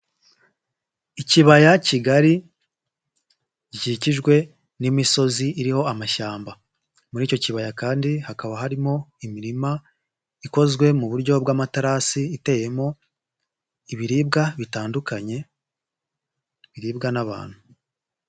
Ikibaya kigari, gikikijwe n'imisozi iriho amashyamba. Muri icyo kibaya kandi hakaba harimo imirima ikozwe mu buryo bw'amaterasi, iteyemo ibiribwa bitandukanye, biribwa n'abantu.